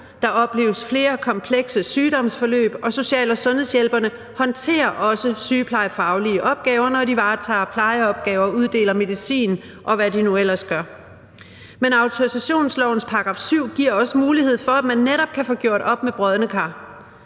der opleves flere komplekse sygdomsforløb, og social- og sundhedshjælperne håndterer også sygeplejefaglige opgaver, når de varetager plejeopgaver og uddeler medicin, og hvad de nu ellers gør. Men autorisationslovens § 7 giver også mulighed for, at man netop kan få gjort op med brodne kar.